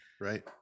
Right